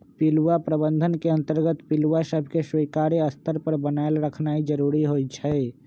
पिलुआ प्रबंधन के अंतर्गत पिलुआ सभके स्वीकार्य स्तर पर बनाएल रखनाइ जरूरी होइ छइ